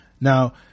Now